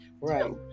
Right